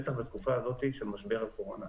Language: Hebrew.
בטח בתקופה הזאת של משבר הקורונה.